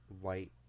white